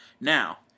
Now